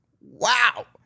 Wow